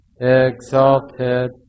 exalted